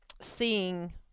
seeing